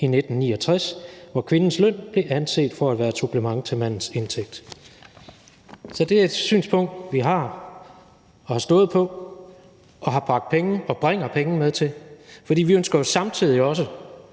i 1969, hvor kvindens løn blev anset for at være et supplement til mandens indtægt. Så det er et synspunkt, vi har og har stået på og bringer penge med til, for selv om vi